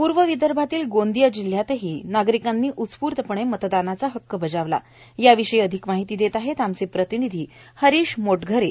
पूर्वविदर्भातील गोंदिया जिल्ह्यातही नागरिकांनी उत्स्फूर्तपणं मतदानाचा हक्क बजावला याविषयी अधिक माहिती देत आहेत आमचे प्रतिनिधी हरिश मोटघरे